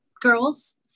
girls